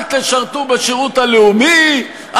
אל תשרתו בשירות הלאומי,